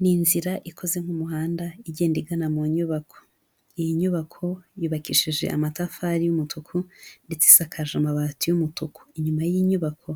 Ni inzira ikoze nk'umuhanda igenda igana mu nyubako. Iyi nyubako yubakishije amatafari y'umutuku ndetse isakaje amabati y'umutuku. Inyuma y'inyubako